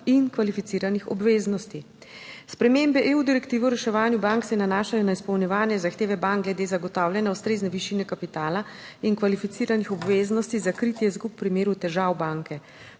in kvalificiranih obveznosti. Spremembe EU direktive o reševanju bank se nanašajo na izpolnjevanje zahtev bank glede zagotavljanja ustrezne višine kapitala in kvalificiranih obveznosti za kritje izgub v primeru težav banke.